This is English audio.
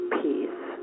peace